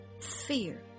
fear